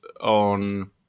on